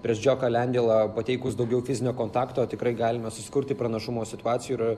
prieš džioką lendeilą pateikus daugiau fizinio kontakto tikrai galime susikurti pranašumo situacijų ir